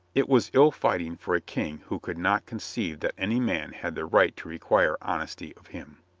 it was ill fighting for a king who could not conceive that any man had the right to require honesty of him.